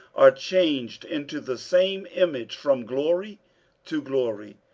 are changed into the same image from glory to glory,